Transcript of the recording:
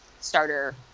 starter